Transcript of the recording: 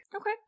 Okay